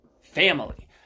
family